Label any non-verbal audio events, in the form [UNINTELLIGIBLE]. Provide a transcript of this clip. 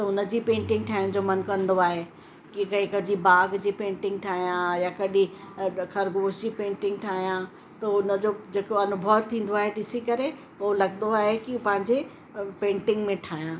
त उन जी पेंटिंग ठाहिण जो मन कंदो आहे कि [UNINTELLIGIBLE] बाग जी पेंटिंग ठाहियां यां कॾहिं खरगोश जी पेंटिंग ठाहियां त उन जो जेको अनुभव थींदो आहे ॾिसी करे उहो लॻंदो आहे कि पंहिंजे पेंटिंग में ठाहियां